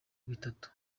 bitatu